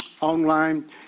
online